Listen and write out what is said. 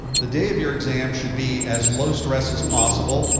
the day of your exam should be as low stress as possible.